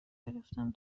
گرفتم